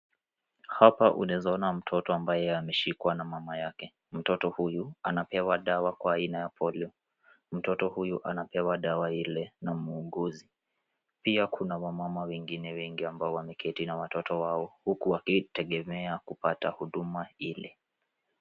Hapa unaweza ona mtoto ambaye ameshikwa na mama yake mtoto huyu anapewa dawa kwa aina ya polio. Mtoto huyu anapewa dawa ile na muunguzi, pia kuna wamama wengine wengi ambao wameketi na watoto wao, huku wakitegemea kupata huduma ile.